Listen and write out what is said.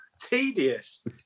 tedious